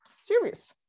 series